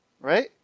Right